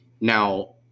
Now